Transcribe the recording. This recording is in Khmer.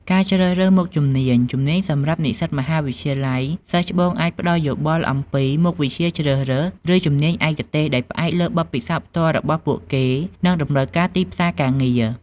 ការជ្រើសរើសមុខវិជ្ជា ជំនាញ សម្រាប់និស្សិតមហាវិទ្យាល័យ សិស្សច្បងអាចផ្តល់យោបល់អំពី មុខវិជ្ជាជ្រើសរើស ឬជំនាញឯកទេស ដោយផ្អែកលើបទពិសោធន៍ផ្ទាល់របស់ពួកគេ និងតម្រូវការទីផ្សារការងារ។